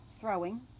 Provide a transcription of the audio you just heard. throwing